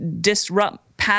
disrupt